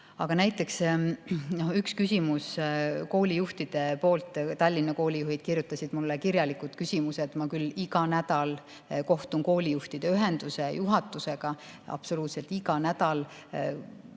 Näiteks aga üks küsimus koolijuhtide poolt. Tallinna koolijuhid kirjutasid mulle kirjalikud küsimused. Ma küll iga nädal kohtun koolijuhtide ühenduse juhatusega, absoluutselt iga nädal,